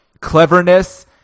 cleverness